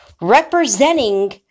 Representing